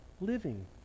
living